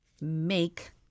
make